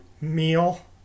meal